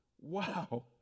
Wow